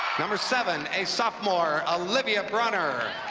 number seven, a sophomore, alivia bronner.